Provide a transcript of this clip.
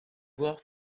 voir